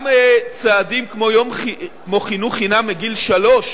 גם צעדים כמו חינוך חינם מגיל שלוש